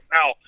Now